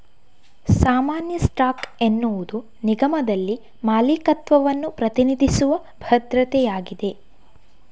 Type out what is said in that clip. ಸಾಮಾನ್ಯ ಸ್ಟಾಕ್ ಎನ್ನುವುದು ನಿಗಮದಲ್ಲಿ ಮಾಲೀಕತ್ವವನ್ನು ಪ್ರತಿನಿಧಿಸುವ ಭದ್ರತೆಯಾಗಿದೆ